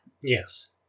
Yes